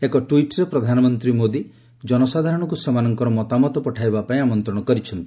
ଏକ ଟ୍ୱିଟ୍ରେ ପ୍ରଧାନମନ୍ତ୍ରୀ ଶ୍ରୀ ମୋଦି ଜନସାଧାରଣଙ୍କୁ ସେମାନଙ୍କର ମତାମତ ପଠାଇବାପାଇଁ ଆମନ୍ତ୍ରଣ କରିଛନ୍ତି